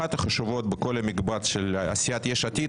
אחת החשובות בכל המקבץ של סיעת יש עתיד,